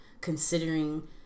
considering